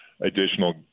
additional